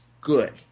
good